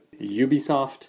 Ubisoft